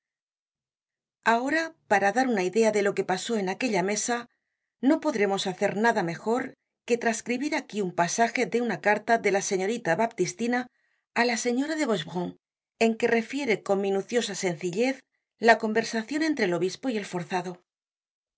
ahora para dar una idea de lo que pasó en aquella mesa no podremos hacer nada mejor que trascribir aquí un pasaje de una caria de la señorita baptistina á la señora de boischevron en que refiere con minuciosa sencillez la conversacion entre el obispo y el forzado